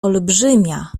olbrzymia